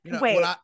wait